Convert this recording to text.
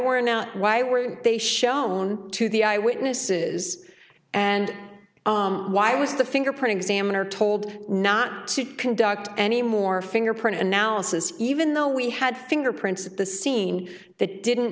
were now why weren't they shown to the eyewitnesses and why was the fingerprint examiner told not to conduct any more fingerprint analysis even though we had fingerprints at the scene that didn't